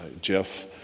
Jeff